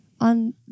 on